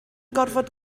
gorfod